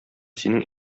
синең